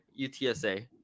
utsa